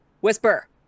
Whisper